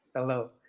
Hello